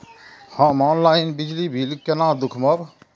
हम ऑनलाईन बिजली बील केना दूखमब?